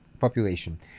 population